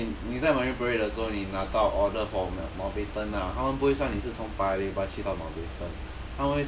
then 你你在 marine parade 的时候你拿到 order from mountbatten ah 他们不会算你是从 paya lebar 去到 mountbatten